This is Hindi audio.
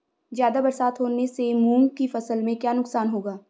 ज़्यादा बरसात होने से मूंग की फसल में क्या नुकसान होगा?